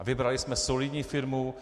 A vybrali jsme solidní firmu.